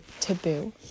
taboo